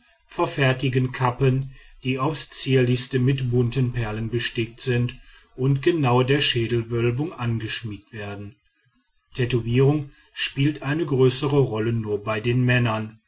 verfertigen kappen die aufs zierlichste mit bunten perlen bestickt sind und genau der schädelwölbung angeschmiegt werden tätowierung spielt eine größere rolle nur bei den männern